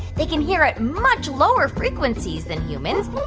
they can hear at much lower frequencies than humans,